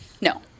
No